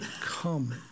come